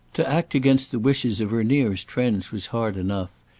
to act against the wishes of her nearest friends was hard enough,